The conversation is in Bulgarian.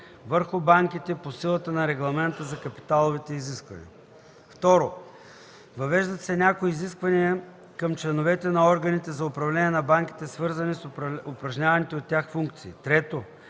върху банките по силата на Регламента за капиталовите изисквания. 2. Въвеждат се някои изисквания към членовете на органите за управление на банките, свързани с упражняваните от тях функции. 3.